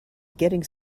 getting